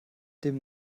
dem